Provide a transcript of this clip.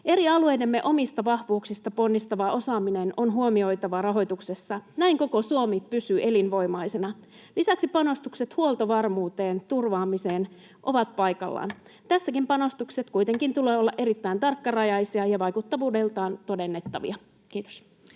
Eri alueidemme omista vahvuuksista ponnistava osaaminen on huomioitava rahoituksessa. Näin koko Suomi pysyy elinvoimaisena. Lisäksi panostukset huoltovarmuuden turvaamiseen ovat paikallaan. Tässäkin panostusten kuitenkin tulee olla erittäin tarkkarajaisia ja vaikuttavuudeltaan todennettavia. — Kiitos.